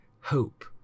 hope